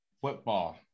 football